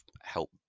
help